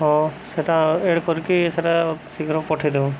ହଁ ସେଇଟା ଏଡ଼୍ କରିକି ସେଇଟା ଶୀଘ୍ର ପଠାଇ ଦବ